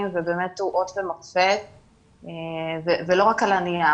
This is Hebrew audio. ובאמת הוא אות ומופת ולא רק על הנייר,